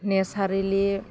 naturally